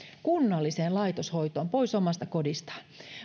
kunnalliseen laitoshoitoon pois omasta kodistaan